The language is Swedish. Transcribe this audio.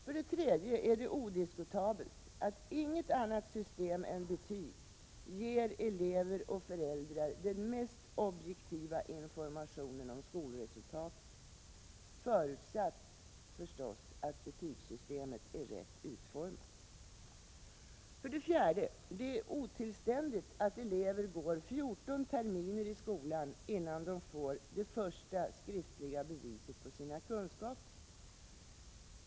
För det tredje är det odiskutabelt att inget annat system än betyg ger elever och föräldrar den mest objektiva informationen om skolresultaten, förutsatt att betygssystemet är rätt utformat. För det fjärde är det otillständigt att elever går 14 terminer i skolan innan de får det första skriftliga beviset på sina kunskaper.